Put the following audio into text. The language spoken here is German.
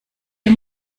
der